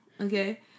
Okay